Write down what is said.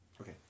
Okay